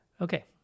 Okay